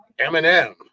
Eminem